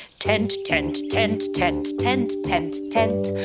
tent, tent, tent, tent, tent, tent, tent.